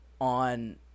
on